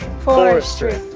forestry,